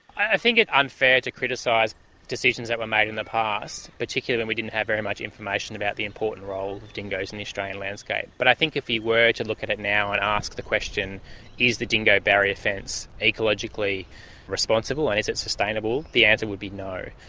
i think it's unfair to criticise decisions that were made in the past, particularly when we didn't have very much information about the important role of dingoes in the australian landscape. but i think if you were to look at it now and ask the question is the dingo barrier fence ecologically responsible and is it sustainable the answer would be no.